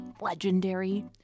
legendary